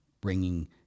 bringing